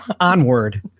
onward